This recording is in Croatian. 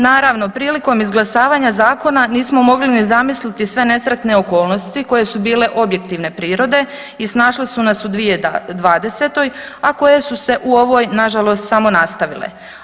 Naravno, prilikom izglasavanja zakona nismo mogli ni zamisliti sve nesretne okolnosti koje su bile objektivne prirode i snašle su nas u 2020., a koje su se u ovoj nažalost samo nastavile.